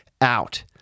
out